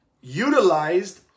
utilized